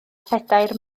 phedair